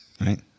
Right